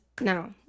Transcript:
now